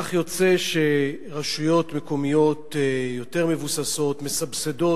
כך יוצא שרשויות מקומיות יותר מבוססות מסבסדות